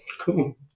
Cool